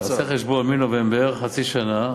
תעשה חשבון, מנובמבר, חצי שנה.